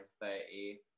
thirty